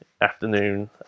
afternoon